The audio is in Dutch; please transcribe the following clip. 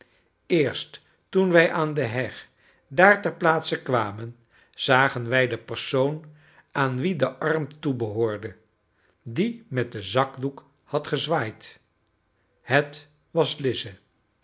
eerst toen wij aan de heg daar ter plaatse kwamen zagen wij de persoon aan wie de arm toebehoorde die met den zakdoek had gezwaaid het was